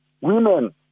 women